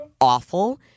awful